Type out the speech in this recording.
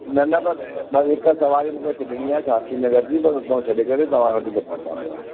न न बसि बसि हिक सवारी मूंखे छॾिणी आहे शास्त्री नगर जी त उतऊं छॾे करे तव्हां वटि ई थो पहुंचा पियो